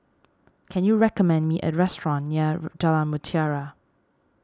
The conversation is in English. can you recommend me a restaurant near Jalan Mutiara